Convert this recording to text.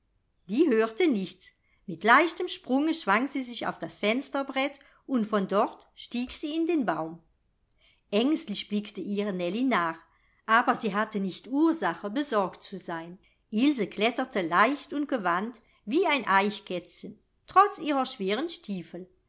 die hörte nichts mit leichtem sprunge schwang sie sich auf das fensterbrett und von dort stieg sie in den baum aengstlich blickte ihr nellie nach aber sie hatte nicht ursache besorgt zu sein ilse kletterte leicht und gewandt wie ein eichkätzchen trotz ihrer schweren stiefel